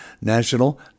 national